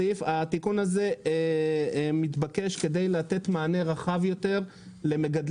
התיקון הזה מתבקש כדי לתת מענה רחב יותר למגדלים